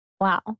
Wow